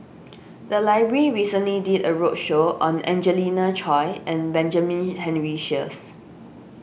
the library recently did a roadshow on Angelina Choy and Benjamin Henry Sheares